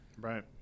right